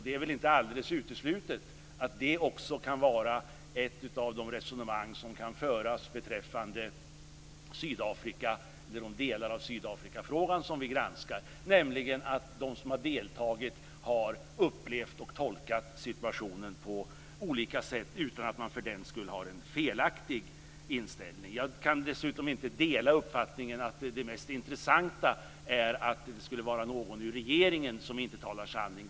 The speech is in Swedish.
Det är väl inte alldeles uteslutet att det också kan vara ett av de resonemang som kan föras om de delar av Sydafrikafrågan som vi granskar, nämligen att de som har deltagit har upplevt och tolkat situationen på olika sätt utan att de för den skull har en felaktig inställning. Jag kan inte dela uppfattningen att det mest intressanta är att det skulle vara någon ur regeringen som inte talar sanning.